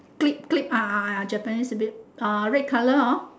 clip clip ah ah ah japanese abit uh red colour hor